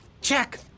Check